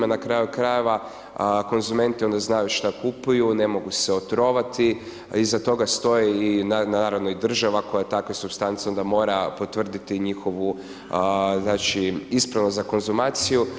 Na kraju krajeva, konzumenti, oni znaju šta kupuju, ne mogu se otrovati a iza toga stoji naravno i država koja takve supstance onda mora potvrditi i njihovu znači ispravu za konzumaciju.